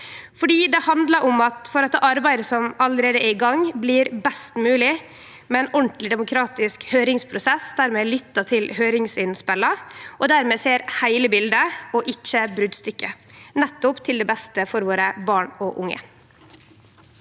Det handlar om at det arbeidet som allereie er i gang, blir best mogleg, med ein ordentleg demokratisk høyringsprosess der vi lyttar til høyringsinnspela, og der me ser heile biletet og ikkje brotstykke, nettopp til det beste for våre barn og unge.